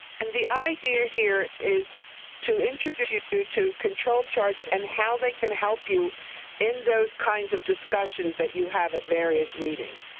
and the idea here is to introduce you to to control charts and how they can help you in those kinds of discussions that you have at various meetings.